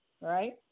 right